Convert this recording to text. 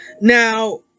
Now